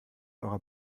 eurer